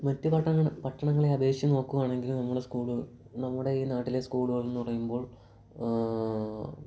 മറ്റു പട്ടണങ്ങളെ അപേക്ഷിച്ചു നോക്കുകയാണെങ്കിൽ നമ്മളെ നമ്മുടെ ഈ നാട്ടിലെ സ്കൂളുകളെന്നു പറയുമ്പോൾ